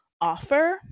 offer